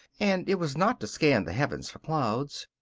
and it was not to scan the heavens for clouds.